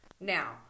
now